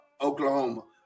Oklahoma